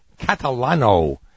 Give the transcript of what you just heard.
Catalano